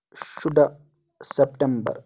شُرہ سیٚپٹمبر